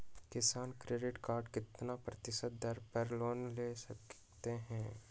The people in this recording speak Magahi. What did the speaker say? किसान क्रेडिट कार्ड कितना फीसदी दर पर लोन ले सकते हैं?